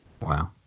Wow